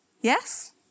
yes